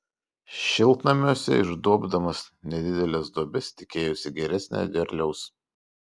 šiltnamiuose išduobdamas nedideles duobes tikėjosi geresnio derliaus